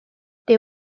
they